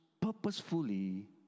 purposefully